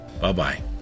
Bye-bye